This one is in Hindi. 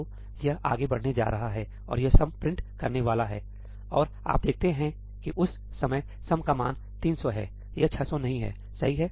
तो यह आगे बढ़ने जा रहा है और यह सम प्रिंट करने वाला है और आप देखते हैं कि उस समय सम का मान 300 है यह 600 नहीं है सही है